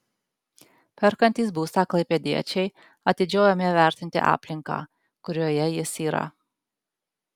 perkantys būstą klaipėdiečiai atidžiau ėmė vertinti aplinką kurioje jis yra